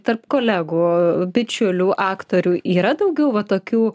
tarp kolegų bičiulių aktorių yra daugiau va tokių